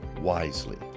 wisely